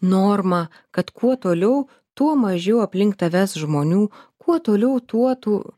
norma kad kuo toliau tuo mažiau aplink tavęs žmonių kuo toliau tuo tu